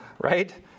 right